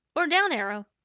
or down arrow.